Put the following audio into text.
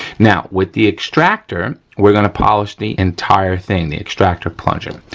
now, with the extractor, we're gonna polish the entire thing, the extractor plunger.